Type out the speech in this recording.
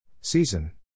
Season